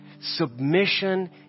Submission